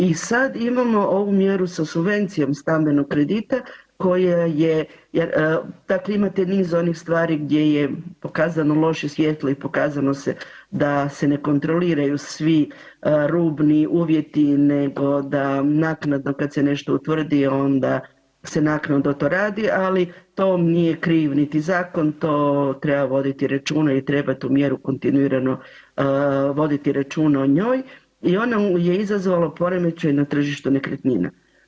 I sad imamo ovu mjeru sa subvencijom stambenog kredita koja je, dakle imate niz onih stvari gdje je pokazano loše svjetlo i pokazalo se da se ne kontroliraju svi rubni uvjeti nego da naknadno kad se nešto utvrdi onda se naknadno to radi, ali to vam nije kriv niti zakon, to treba voditi računa i treba tu mjeru kontinuirano voditi računa o njoj i ono je izazvalo poremećaj na tržištu nekretnina.